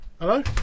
Hello